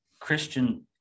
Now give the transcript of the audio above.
Christian